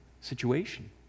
situation